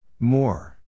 More